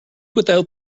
without